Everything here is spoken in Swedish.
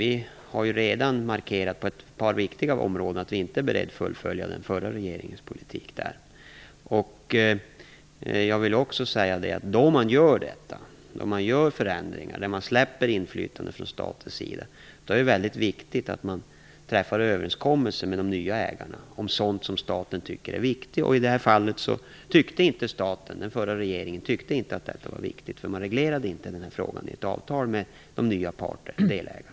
Vi har redan på ett par viktiga områden markerat att vi inte är beredda att fullfölja den förra regeringens politik där. Då man gör förändringar och släpper inflytandet från statens sida är det väldigt viktigt att det träffas överenskommelser med de nya ägarna om sådant som från statens sida anses viktigt. I det här fallet tyckte inte den förra regeringen att det var viktigt. Man reglerade ju inte denna fråga i ett avtal med de nya parterna, delägarna.